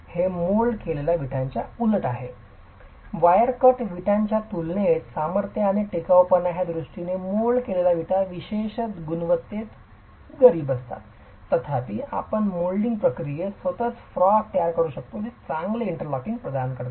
हे मोल्ड केलेल्या विटाच्या उलट आहे वायर कट विटाच्या तुलनेत सामर्थ्य आणि टिकाऊपणा या दृष्टीने मोल्ड केलेले विटा विशेषत गुणवत्तेत गरीब असतात तथापि आपण मोल्डिंग प्रक्रियेत स्वतःच फ्रॉग तयार करू शकता जे चांगले इंटरलॉकिंग प्रदान करते